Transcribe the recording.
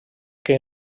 que